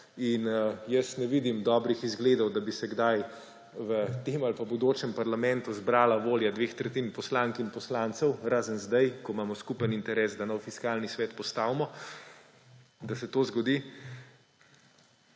in jaz ne vidim dobrih izgledov, da bi se kdaj v tem ali pa bodočem parlamentu zbrala volja dveh tretjin poslank in poslancev − razen zdaj, ko imamo skupen interes, da postavimo nov fiskalni svet − da se to zgodi.